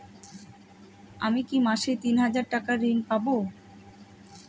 আমি কি মাসে তিন হাজার টাকার ঋণ পাবো?